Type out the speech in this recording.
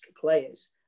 players